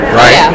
right